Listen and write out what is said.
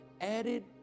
added